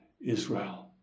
Israel